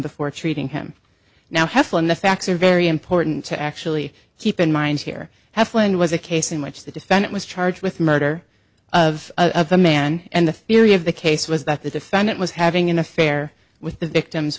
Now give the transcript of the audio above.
before treating him now heflin the facts are very important to actually keep in mind here heflin was a case in which the defendant was charged with murder of of a man and the theory of the case was that the defendant was having an affair with the victim